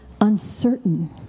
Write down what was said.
uncertain